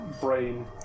brain